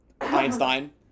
Einstein